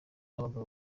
abagabo